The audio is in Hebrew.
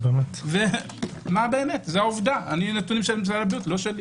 זו עובדה, נתונים של משרד הבריאות, לא שלי.